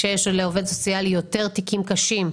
כאשר לעובד סוציאלי יש תיקים יותר קשים,